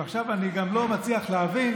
אני גם לא מצליח להבין